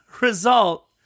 result